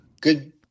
good